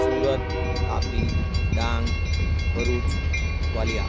Surat Tapi Dang Bharuch Valia